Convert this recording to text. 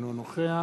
אינו נוכח